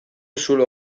zulo